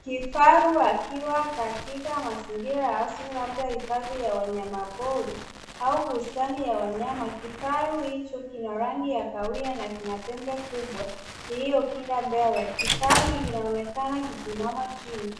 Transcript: Kifaru akiwa katika mazingira ya asili labda hifadi ya wanyama pori au bustani ya wanyama. Kifaru hicho kina rangi ya kahawia na kina pembe kubwa iliopinda mbele. Kifaru huu kinaonekana kikiinama chini